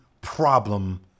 problem